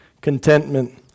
contentment